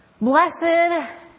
Blessed